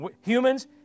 humans